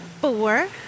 Four